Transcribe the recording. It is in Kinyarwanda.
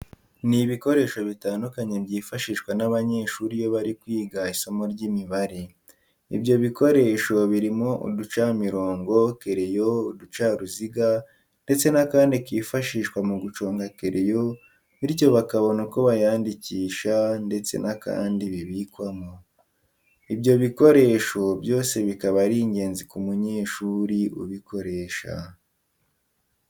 Ni ibikoresho bitandukanye byifashishwa n'abanyeshuri iyo bari kwiga isimo ry'Imibare. ibyo bikoresho birimo uducamirongo, kereyo, uducaruziga ndetse n'akandi kifashishwa mu guconga kereyo bityo bakabone uko bayandikisha ndetse n'akandi bibikwamo. Ibyo bikoresho byose bikaba ari ingenzi ku munyeshuri ubukoresha.